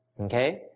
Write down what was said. Okay